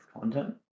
content